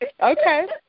Okay